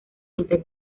mitad